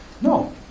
No